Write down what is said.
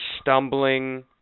stumbling